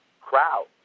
crowd